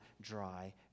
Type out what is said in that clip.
dry